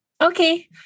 Okay